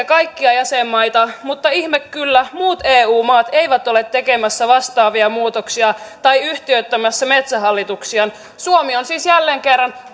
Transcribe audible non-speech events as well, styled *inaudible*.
*unintelligible* kaikkia jäsenmaita mutta ihme kyllä muut eu maat eivät ole tekemässä vastaavia muutoksia tai yhtiöittämässä metsähallituksiaan suomi on siis jälleen kerran *unintelligible*